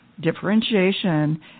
differentiation